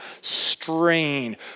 strain